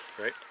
Right